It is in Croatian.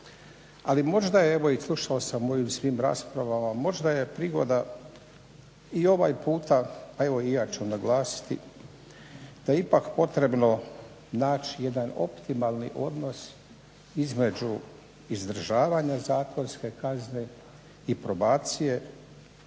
Ali možda evo i slušao sam u ovim svim raspravama, možda je prigoda i ovaj puta pa evo i ja ću naglasiti da ipak potrebno naći jedan optimalni odnos između izdržavanja zatvorske kazne i probacije